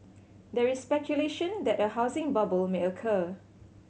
there is speculation that a housing bubble may occur